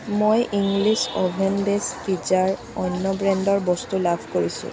মই English oven based পিজ্জাৰ অন্য ব্ৰেণ্ডৰ বস্তু লাভ কৰিছোঁ